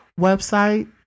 website